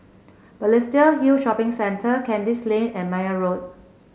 Balestier Hill Shopping Centre Kandis Lane and Meyer Road